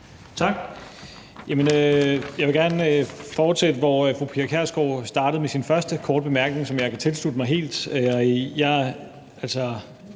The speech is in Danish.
Tak. Jeg vil gerne fortsætte, hvor fru Pia Kjærsgaard startede med sin første korte bemærkning, som jeg kan tilslutte mig helt.